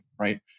right